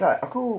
tak aku